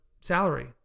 salary